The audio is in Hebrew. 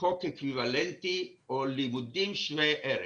חוק אקוויוולנטי או לימודים שווי ערך.